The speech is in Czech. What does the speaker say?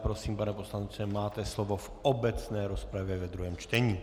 Prosím, pane poslanče, máte slovo v obecné rozpravě ve druhém čtení.